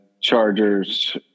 Chargers